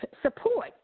support